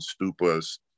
Stupas